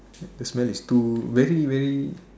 the the smell is too very very